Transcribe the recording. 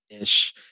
ish